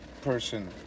person